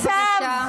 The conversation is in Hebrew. בבקשה.